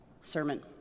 sermon